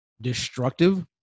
destructive